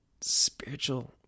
spiritual